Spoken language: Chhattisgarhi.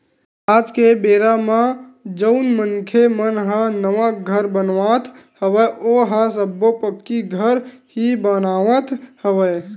आज के बेरा म जउन मनखे मन ह नवा घर बनावत हवय ओहा सब्बो पक्की घर ही बनावत हवय